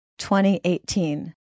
2018